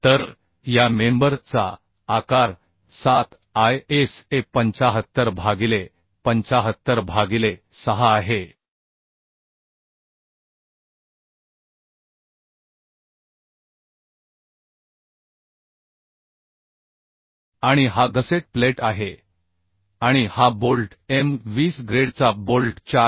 तर या मेंबर चा आकार 7 I s a 75 भागिले 75 भागिले 6 आहे आणि हा गसेट प्लेट आहे आणि हा बोल्ट m 20 ग्रेडचा बोल्ट 4